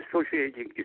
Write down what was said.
associating